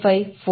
5 4